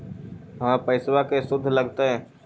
हमर पैसाबा के शुद्ध लगतै?